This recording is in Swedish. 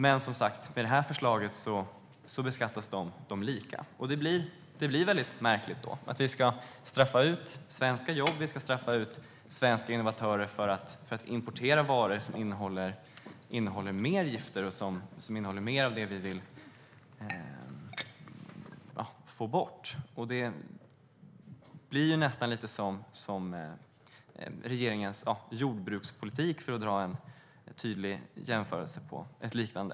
Men med här förslaget beskattas de som sagt likadant. Det är märkligt att vi ska straffa ut svenska jobb och svenska innovatörer för att importera varor som innehåller mer gifter, mer av det vi vill få bort. Det blir nästan lite som med regeringens jordbrukspolitik, för att göra en tydlig jämförelse.